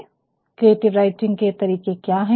creative writing के तरीके क्या है